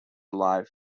life